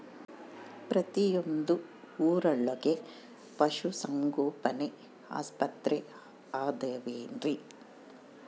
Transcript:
ಪ್ರತಿಯೊಂದು ಊರೊಳಗೆ ಪಶುಸಂಗೋಪನೆ ಆಸ್ಪತ್ರೆ ಅದವೇನ್ರಿ?